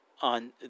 on